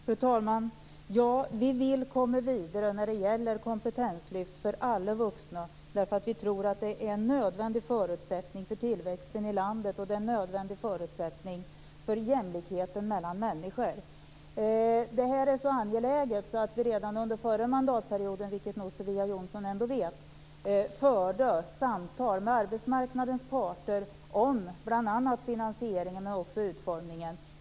Fru talman! Ja, vi vill komma vidare när det gäller kompetenslyft för alla vuxna, därför att vi tror att det är en nödvändig förutsättning för tillväxten i landet. Det är en nödvändig förutsättning för jämlikheten mellan människor. Detta är så angeläget att vi redan under förra mandatperioden, vilket nog Sofia Jonsson vet, förde samtal med arbetsmarknadens parter om finansieringen men också om utformningen.